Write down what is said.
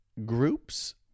groups